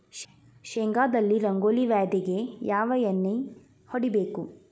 ಶೇಂಗಾದಲ್ಲಿ ರಂಗೋಲಿ ವ್ಯಾಧಿಗೆ ಯಾವ ಎಣ್ಣಿ ಹೊಡಿಬೇಕು?